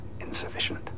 insufficient